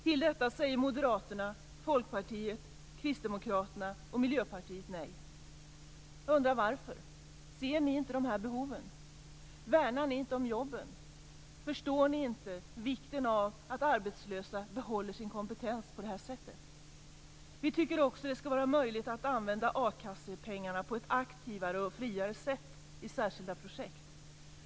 Till detta säger Moderaterna, Folkpartiet, Kristdemokraterna och Miljöpartiet nej. Jag undrar varför. Ser ni inte behoven? Värnar ni inte om jobben? Förstår ni inte vikten av att arbetslösa behåller sin kompetens på det här sättet? Vi tycker också att det skall vara möjligt att använda a-kassepengarna på ett aktivare och friare sätt i särskilda projekt.